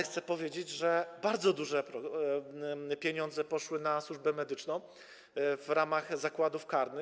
Chcę powiedzieć, że bardzo duże pieniądze poszły na służbę medyczną w ramach zakładów karnych.